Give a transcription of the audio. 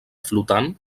flotant